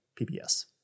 PBS